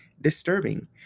disturbing